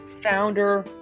founder